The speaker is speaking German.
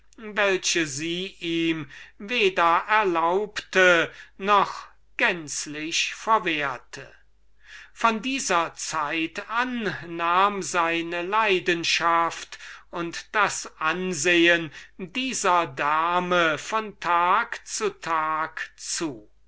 welche sie ihm weder erlaubte noch gänzlich verwehrte von dieser zeit an nahm seine leidenschaft und das ansehen dieser dame von tag zu tag zu